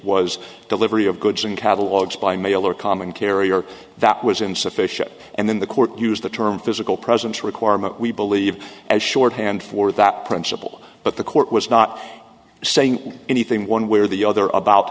was delivery of goods and catalogues by mail or common carrier that was insufficient and then the court used the term physical presence requirement we believe as shorthand for that principle but the court was not saying anything one way or the other about